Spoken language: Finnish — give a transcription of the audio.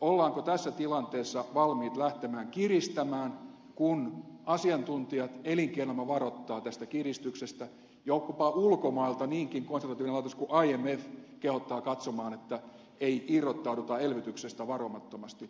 ollaanko tässä tilanteessa valmiit lähtemään kiristämään kun asiantuntijat elinkeinoelämä varoittaa tästä kiristyksestä jopa ulkomailta niinkin konservatiivinen laitos kuin imf kehottaa katsomaan että ei irrottauduta elvytyksestä varomattomasti